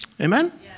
Amen